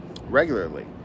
regularly